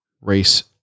race